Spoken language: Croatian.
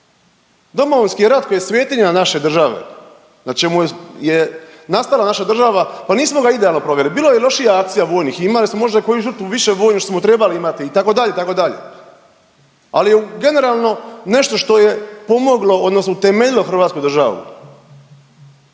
Domovinski rat koji je svetinja naše države, na čemu je nastala naša država pa nismo ga idealno provelo bilo je i lošijih akcija vojnih i imali smo možda koju žrtvu više vojnu nego što smo trebali imati itd., itd., ali je generalno nešto što je pomoglo odnosno utemeljilo hrvatsku državu.